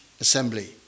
assembly